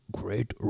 great